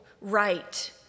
right